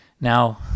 Now